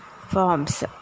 forms